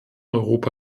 europa